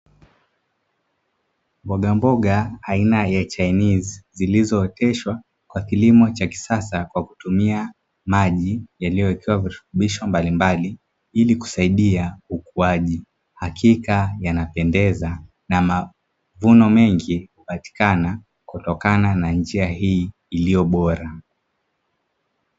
Mbogamboga aina ya chainizi zilizooteshwa kwa kilimo cha kisasa kwa kutumia maji yaliyowekewa virutubisho mbalimbali, ili kusaidia ukuaji, hakika yanapendeza na mavuno mengi hupatikana kutokana na njia hii ilivyo bora.